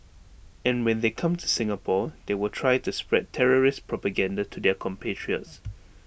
and when they come to Singapore they will try to spread terrorist propaganda to their compatriots